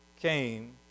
came